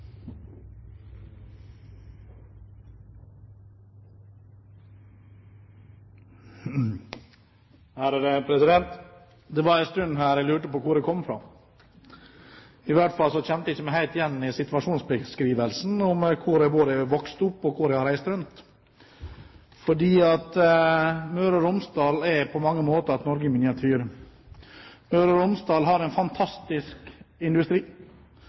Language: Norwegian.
ved lag. Det var en stund jeg lurte på hvor jeg kom fra. I hvert fall kjente jeg meg ikke helt igjen i situasjonsbeskrivelsen med tanke på hvor jeg vokste opp, og hvor jeg har reist rundt, for Møre og Romsdal er på mange måter et Norge i miniatyr. Møre og Romsdal har en fantastisk industri.